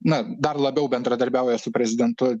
na dar labiau bendradarbiauja su prezidentu